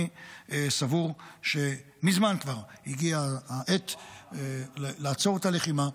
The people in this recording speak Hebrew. אני סבור שמזמן כבר הגיעה העת לעצור את הלחימה,